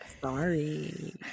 Sorry